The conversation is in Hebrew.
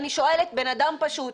אני שואלת על אדם פשוט,